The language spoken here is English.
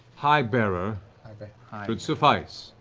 highbearer highbearer would suffice.